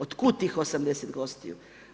Otkud tih 80 gostiju?